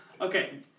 Okay